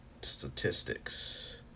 statistics